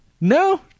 No